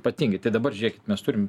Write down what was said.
ypatingai tai dabar žiūrėkit mes turim